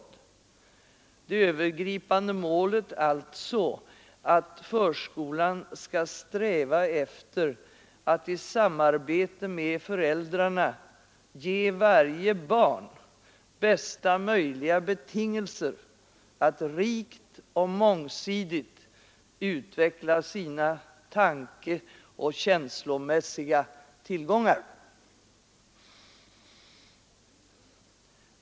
Med det övergripande målet menas alltså att förskolan skall sträva efter att i samarbete med föräldrarna ge varje barn bästa möjliga betingelser att rikt och mångsidigt utveckla sina tankeoch känslomässiga tillgångar.